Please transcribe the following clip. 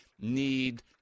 need